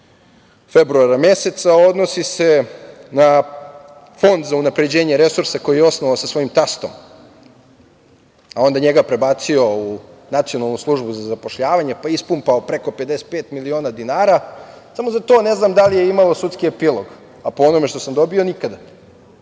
februara meseca, odnosi se na Fond za unapređenje resursa koji je osnovao sa svojim tastom, a onda njega prebacio u Nacionalnu službu za zapošljavanje, pa ispumpao preko 55 miliona dinara. Samo za to ne znam da li je imalo sudski epilog, a po onome što sam dobio –